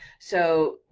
so,